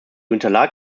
unterlag